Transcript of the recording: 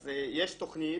אז יש תוכנית